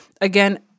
again